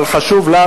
אבל חשוב לנו,